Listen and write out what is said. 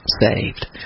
saved